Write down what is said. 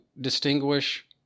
distinguish